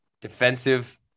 defensive